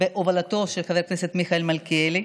בהובלתו של חבר הכנסת מיכאל מלכיאלי.